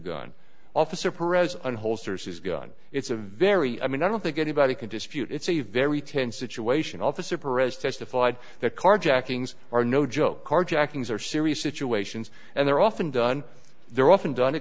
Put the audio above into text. gun officer pres and holsters his gun it's a very i mean i don't think anybody can dispute it's a very tense situation officer as testified that carjackings are no joke carjackings are serious situations and they're often done they're often done